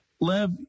Lev